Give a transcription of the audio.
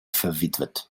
verwitwet